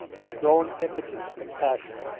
with growing impetus and passion.